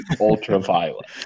Ultraviolet